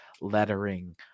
lettering